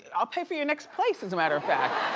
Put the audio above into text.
and i'll pay for your next place as a matter of fact.